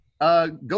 Go